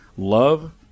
love